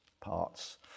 parts